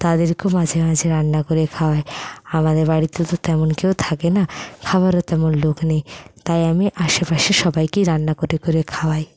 তাদেরকে মাঝে মাঝে রান্না করে খাওয়াই আমাদের বাড়িতে তো তেমন কেউ থাকে না খাওয়ারও তেমন লোক নেই তাই আমি আশেপাশের সবাইকেই রান্না করে করে খাওয়াই